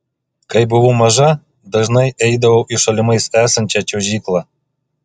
kai buvau maža dažnai eidavau į šalimais esančią čiuožyklą